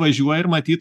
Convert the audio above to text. važiuoja ir matyt